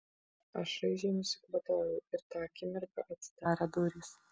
aš šaižiai nusikvatojau ir tą akimirką atsidarė durys